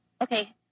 Okay